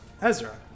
ezra